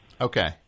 Okay